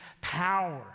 power